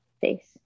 face